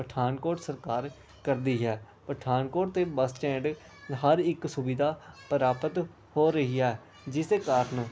ਪਠਾਨਕੋਟ ਸਰਕਾਰ ਕਰਦੀ ਹੈ ਪਠਾਨਕੋਟ ਦੇ ਬਸ ਸਟੈਂਡ ਹਰ ਇੱਕ ਸੁਵਿਧਾ ਪ੍ਰਾਪਤ ਹੋ ਰਹੀ ਹੈ ਜਿਸ ਦੇ ਕਾਰਨ